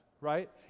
right